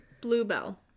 Bluebell